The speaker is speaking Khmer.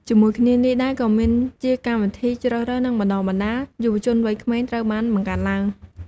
ជាមួយគ្នានេះដែរ ក៏មានជាកម្មវិធីជ្រើសរើស និងបណ្ដុះបណ្ដាលយុវជនវ័យក្មេងត្រូវបានបង្កើតឡើង។